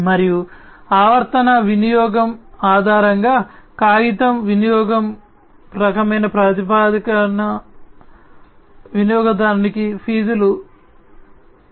మరియు ఆవర్తన వినియోగం ఆధారంగా కాగితం వినియోగ రకమైన ప్రాతిపదికన వినియోగదారునికి ఫీజులు వసూలు చేయబడతాయి